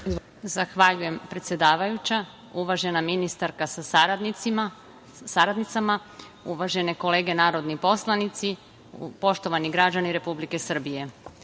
Zahvaljujem, predsedavajuća. Uvažena ministarka sa saradnicima, uvažene kolege narodni poslanici, poštovani građani Republike Srbije,